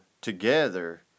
together